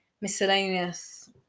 miscellaneous